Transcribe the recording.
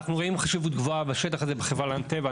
אנחנו רואים חשיבות גבוהה בשטח הזה בחברה להגנת הטבע,